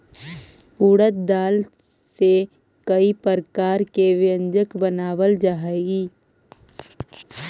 उड़द दाल से कईक प्रकार के व्यंजन बनावल जा हई